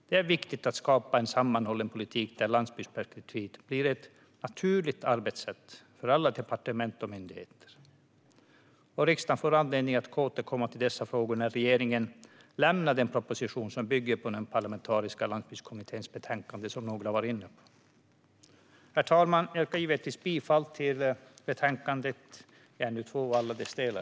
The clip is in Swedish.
Det är viktigt att skapa en sammanhållen politik där landsbygdsperspektiv blir ett naturligt arbetssätt för alla departement och myndigheter. Riksdagen får anledning att återkomma till dessa frågor när regeringen lämnar den proposition som bygger på den parlamentariska landsbygdskommitténs betänkande, som några har varit inne på. Herr talman! Jag yrkar givetvis bifall till utskottets förslag i betänkande NU2 i alla dess delar.